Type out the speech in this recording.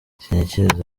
sintekereza